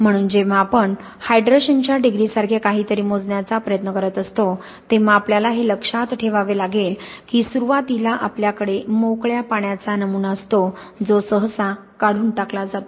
म्हणून जेव्हा आपण हायड्रेशनच्या डिग्रीसारखे काहीतरी मोजण्याचा प्रयत्न करत असतो तेव्हा आपल्याला हे लक्षात ठेवावे लागेल की सुरुवातीला आपल्याकडे मोकळ्या पाण्याचा नमुना असतो जो सहसा काढून टाकला जातो